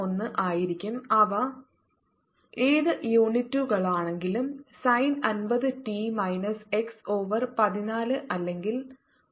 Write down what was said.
01 ആയിരിക്കും അവ ഏത് യൂണിറ്റുകളാണെങ്കിലും sine 50 t minus x over 14 അല്ലെങ്കിൽ 0